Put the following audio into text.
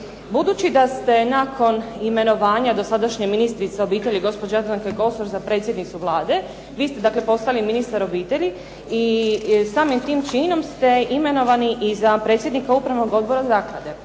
Budući da ste nakon imenovanja dosadašnje ministrice obitelji gospođe Jadranke Kosor za predsjednicu Vlade vi ste dakle postali ministar obitelji i samim tim činom ste imenovani i za predsjednika Upravnog odbora zaklade.